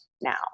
now